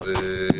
גור.